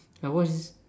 I watched